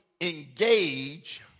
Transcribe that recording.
engage